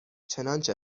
چنانچه